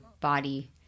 body